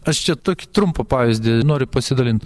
aš čia tokį trumpą pavyzdį noriu pasidalint